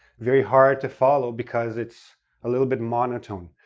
very hard to follow, because it's a little bit monotone.